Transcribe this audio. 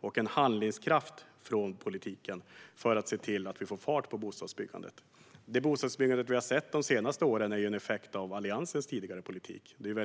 och en handlingskraft från politiken för att se till att vi får fart på bostadsbyggandet. Det är väldigt långa planeringstider, och det bostadsbyggande vi har sett de senaste åren är ju en effekt av Alliansens tidigare politik.